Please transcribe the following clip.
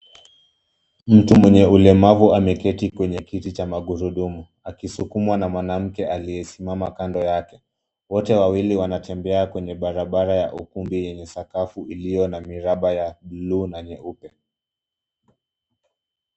Mtu mwenye ulemavu ameketi kwenye kiti cha magurudumu akisukumwa ma mwanamke aliye simama kando yake. Wote wawili wanatembea kwenye barabara ya ukumbi yenye sakafu iliyo na miraba ya bluu na nyeupe.